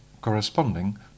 corresponding